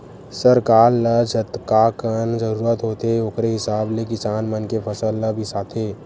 सरकार ल जतकाकन जरूरत होथे ओखरे हिसाब ले किसान मन के फसल ल बिसाथे